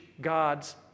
God's